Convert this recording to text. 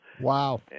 Wow